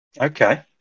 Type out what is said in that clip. Okay